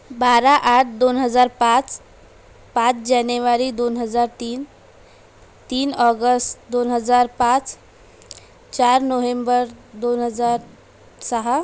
बारा आठ दोन हजार पाच पाच जानेवारी दोन हजार तीन तीन ऑगस्ट दोन हजार पाच चार नोव्हेंबर दोन हजार सहा